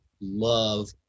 love